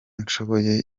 nshoboye